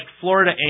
Florida